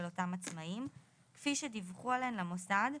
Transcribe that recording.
אותם עצמאים כפי שדיווחו עליהן למוסד,